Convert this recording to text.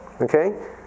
Okay